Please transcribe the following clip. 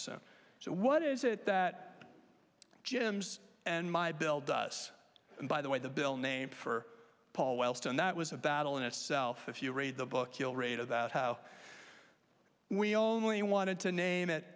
question so what is it that jim's and my bill does and by the way the bill named for paul wellstone that was a battle in itself if you read the book you'll read about how we only wanted to name it